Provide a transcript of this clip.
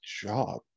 job